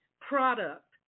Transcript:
product